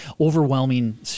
overwhelming